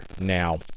Now